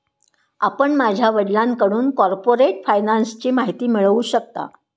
आपण माझ्या वडिलांकडून कॉर्पोरेट फायनान्सची माहिती मिळवू शकता